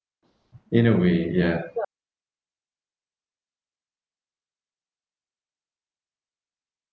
in a way ya